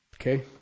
Okay